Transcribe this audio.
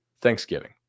Thanksgiving